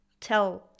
tell